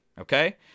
okay